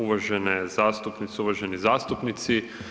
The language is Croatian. Uvažene zastupnice, uvaženi zastupnici.